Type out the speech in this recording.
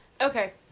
Okay